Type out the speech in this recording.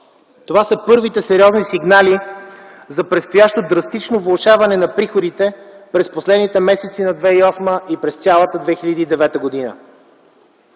Това са първите сериозни сигнали за предстоящото драстично влошаване на приходите през последните месеци на 2008 г. и цялата 2009 г.